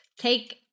Take